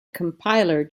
compiler